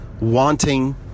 wanting